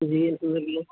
جی الحمد للہ